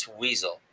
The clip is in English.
weasel